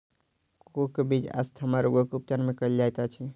cocoa के बीज asthma रोगक उपचार मे कयल जाइत अछि